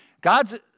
God's